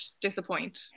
disappoint